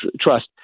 trust